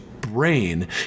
brain